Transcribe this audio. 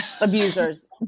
abusers